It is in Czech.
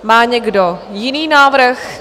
Má někdo jiný návrh?